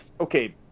Okay